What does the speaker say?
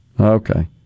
Okay